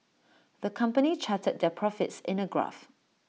the company charted their profits in A graph